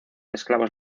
esclavos